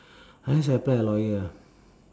unless I apply a lawyer